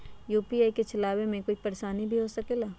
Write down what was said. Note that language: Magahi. यू.पी.आई के चलावे मे कोई परेशानी भी हो सकेला?